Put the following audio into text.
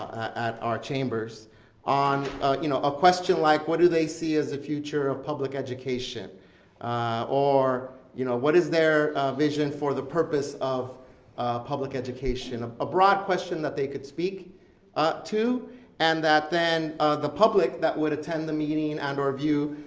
at our chambers on you know a question like what do they see as the future of public education or you know what is their vision for the purpose of public education? a broad question that they could speak ah to and that then the public that would attend the meeting, and or view,